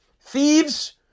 Thieves